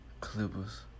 Clippers